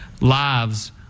Lives